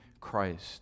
Christ